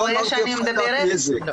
לא אמרתי הפחתת נזק.